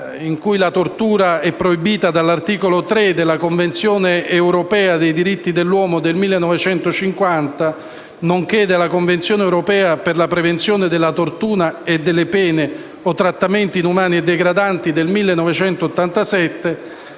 in cui la tortura è proibita dall'articolo 3 della Convenzione europea dei diritti dell'uomo del 1950 nonché dalla Convenzione europea per la prevenzione della tortura e delle pene o trattamenti inumani e degradanti, del 1987,